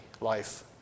life